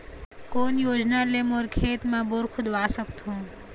कोन योजना ले मोर खेत मा बोर खुदवा सकथों?